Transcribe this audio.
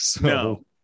no